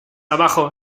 abajo